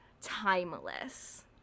timeless